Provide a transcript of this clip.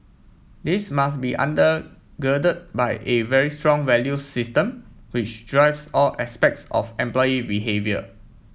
this must be under gird by a very strong value system which drives all aspects of employee behaviour